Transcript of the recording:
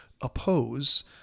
oppose